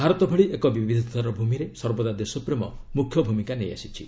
ଭାରତ ଭଳି ଏକ ବିବିଧତାର ଭୂମିରେ ସର୍ବଦା ଦେଶପ୍ରେମ ମୁଖ୍ୟ ଭୂମିକା ନେଇଆସିଛି